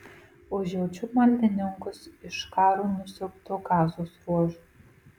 užjaučiu maldininkus iš karo nusiaubto gazos ruožo